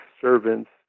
servants